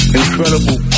incredible